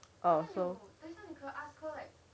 oh